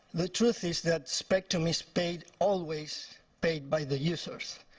the truth is that spectrum is paid always paid by the users.